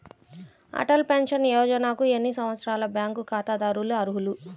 Atal pension యోజనకు ఎన్ని సంవత్సరాల బ్యాంక్ ఖాతాదారులు అర్హులు?